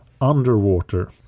underwater